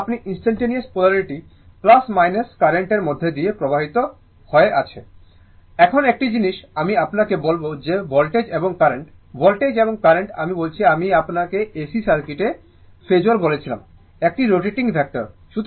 এবং আপনি instantaneous polarity current এর মধ্য দিয়ে প্রবাহিত হয় হয়েছে I এখন একটি জিনিস আমি আপনাকে বলব যে ভোল্টেজ এবং কারেন্ট ভোল্টেজ এবং কারেন্ট আমি বলছি আমি আপনাকে AC সার্কিটে ফেজোর বলেছিলাম একটি রোটেটিং ভেক্টর